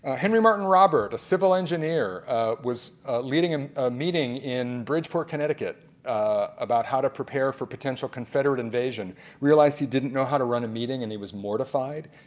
ah henry martin robert, a civil engineer was leading and a meeting in bridgeport connecticut about how to prepare for potential confederate invasion realized he didn't know how to run a meeting and he was mortified.